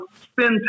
spend